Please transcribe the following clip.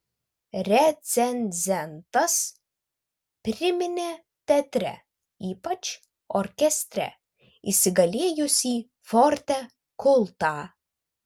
recenzentas priminė teatre ypač orkestre įsigalėjusį forte kultą